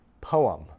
poem